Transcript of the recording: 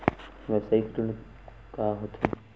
व्यवसायिक ऋण का होथे?